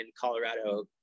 Colorado